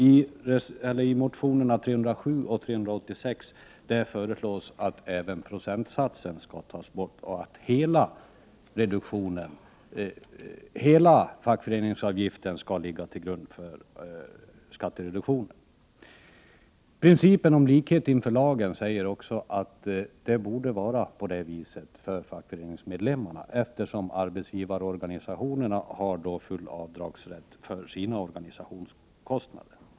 I motionerna Sk307 och Sk386 föreslås att även procentsatsen skall tas bort och att hela fackföreningsavgiften skall ligga till grund för skattereduktionen. Principen om likhet inför lagen säger också att det. borde vara så för fackföreningsmedlemmarna, eftersom arbetsgivarorganisationerna har full avdragsrätt för sina organisationskostnader.